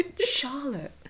Charlotte